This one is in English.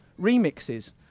remixes